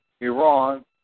Iran